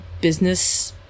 business